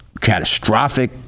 catastrophic